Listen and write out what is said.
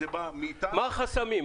מה החסמים?